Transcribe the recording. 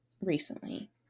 recently